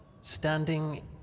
standing